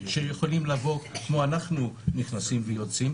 יכולים לבוא כמו שאנחנו נכנסים ויוצאים.